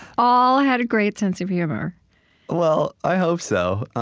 all had a great sense of humor well, i hope so.